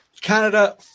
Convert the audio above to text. Canada